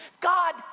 God